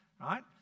Right